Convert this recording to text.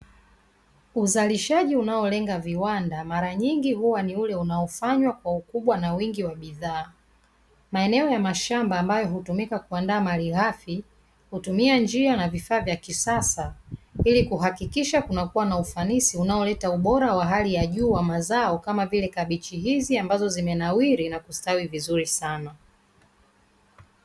Uzalishaji unaolenga viwanda mara nyingi ni ule unaofanywa kwa wingi na ukubwa wa bidhaa maeneo ya mashamba ambayo hutumika kuandaa malighafi hutumia njia na vifaa vya kisasa, ili kuhakikisha kunakua na ufanisi unaoleta ubora wa hali ya juu wa mazao, kama vile kabichi hizi ambazo zimenawiri na kustawi vizuri sana.